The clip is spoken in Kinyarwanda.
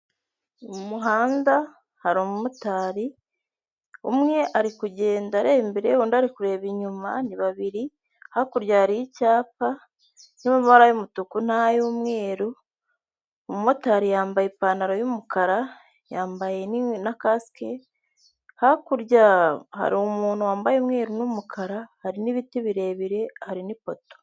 Mu muhanda hari umumotari, umwe ari kugenda areba imbere, undi ari kureba inyuma. Ni babiri. Hakurya hari icyapa, cy'amabara yumutuku n'umweru. Umumotari yambaye ipantaro y'umukara, yambaye na cask. Hakuryaaa, hari umuntu wambaye umweru n'umukara, hari n'ibiti birebire, hari n'ipoto.